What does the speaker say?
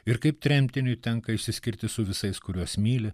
ir kaip tremtiniui tenka išsiskirti su visais kuriuos myli